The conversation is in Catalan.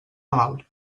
malalt